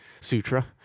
Sutra